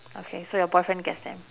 okay so your boyfriend gets them